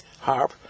harp